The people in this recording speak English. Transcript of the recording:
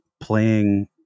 playing